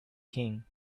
king